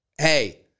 hey